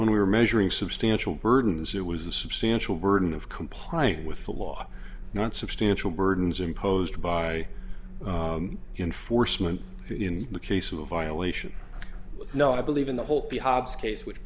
when we were measuring substantial burdens it was a substantial burden of complying with the law not substantial burdens imposed by enforcement in the case of a violation no i believe in the whole